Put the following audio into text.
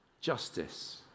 justice